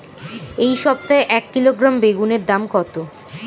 এই সপ্তাহে এক কিলোগ্রাম বেগুন এর দাম কত?